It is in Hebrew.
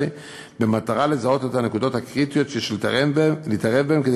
במטרה לזהות את הנקודות הקריטיות שיש להתערב בהן כדי